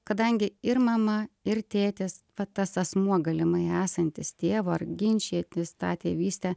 kadangi ir mama ir tėtis va tas asmuo galimai esantis tėvu ar ginčijantis tą tėvystę